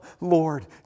Lord